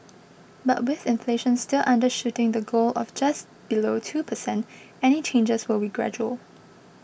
but with inflation still undershooting the goal of just below two per cent any changes will be gradual